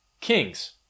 Kings